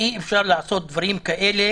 אי-אפשר לעשות דברים כאלה